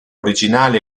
originale